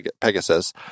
Pegasus